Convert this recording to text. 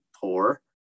poor